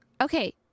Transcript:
Okay